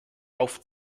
auf